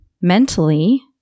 Mentally